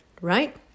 right